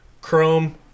Chrome